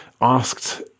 asked